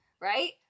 right